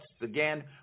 again